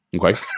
Okay